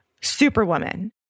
superwoman